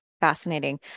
Fascinating